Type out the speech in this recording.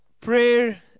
Prayer